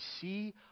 see